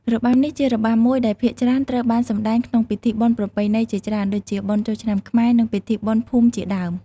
របាំនេះជារបាំមួយដែលភាគច្រើនត្រូវបានសម្តែងក្នុងពិធីបុណ្យប្រពៃណីជាច្រើន ដូចជា បុណ្យចូលឆ្នាំខ្មែរ និងពិធីបុណ្យភូមិជាដើម។